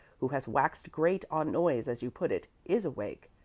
who has waxed great on noise as you put it, is awake.